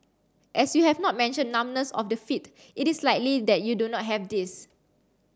as you have not mentioned numbness of the feet it is likely that you do not have this